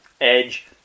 edge